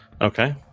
Okay